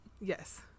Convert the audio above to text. Yes